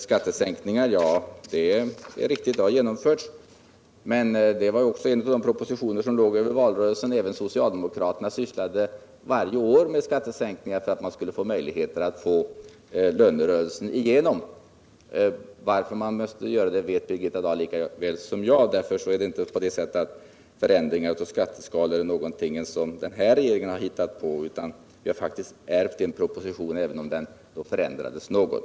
Det är riktigt att det har genomförts skattesänkningar, men också i det fallet rör det sig om en proposition som vi fick överta vid regeringsskiftet. Även socialdemokraterna sysslade varje år med skattesänkningar för att skapa möjligheter att få lönerörelsen igenom. Varför man måste göra det vet Birgitta Dahl lika väl som jag. Förändringar av skatteskalorna är alltså ingenting som den nuvarande regeringen har hittat på. Regeringen ärvde faktiskt propositionen, även om den sedan förändrades något.